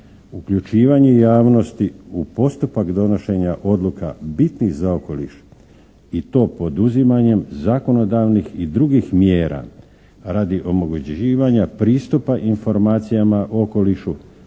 uključivanje javnosti u postupak donošenja odluka bitnih za okoliš i to poduzimanjem zakonodavnih i drugih mjera radi omogućivanja pristupa informacijama okolišu,